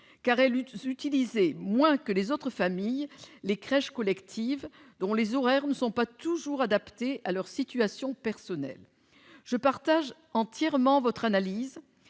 car elles utilisaient moins que les autres familles les crèches collectives, dont les horaires ne sont pas toujours adaptés à leur situation spécifique. Je partage entièrement votre analyse